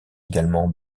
également